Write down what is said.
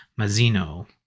Mazzino